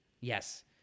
Yes